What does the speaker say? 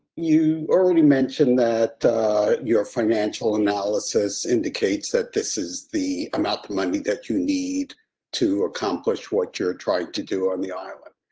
you already mentioned that your financial analysis indicates that this is the amount of money that you need to accomplish what you're trying to do on the island.